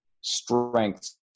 strengths